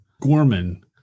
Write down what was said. Gorman